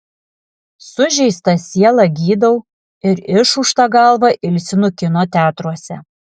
sužeistą sielą gydau ir išūžtą galvą ilsinu kino teatruose